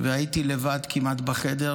והייתי כמעט לבד בחדר.